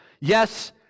yes